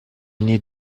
naît